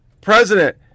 President